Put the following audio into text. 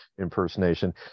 impersonation